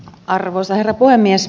arvoisa herra puhemies